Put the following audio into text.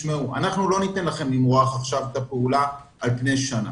ניתן להם למרוח את הפעולה על פני שנה,